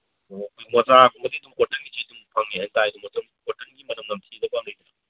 ꯃꯣꯖꯥꯒꯨꯝꯕꯗꯤ ꯑꯗꯨꯝ ꯀꯣꯇꯟꯒꯤꯁꯦ ꯑꯗꯨꯝ ꯐꯪꯉꯤ